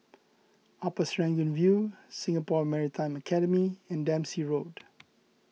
Upper Serangoon View Singapore Maritime Academy and Dempsey Road